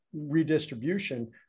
redistribution